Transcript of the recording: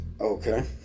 Okay